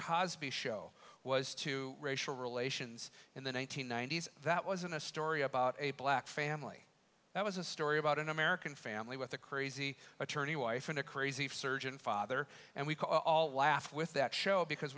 the show was to racial relations in the one nine hundred ninety s that wasn't a story about a black family that was a story about an american family with a crazy attorney wife and a crazy surgeon father and we all laugh with that show because